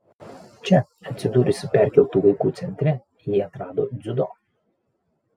čia atsidūrusi perkeltų vaikų centre ji atrado dziudo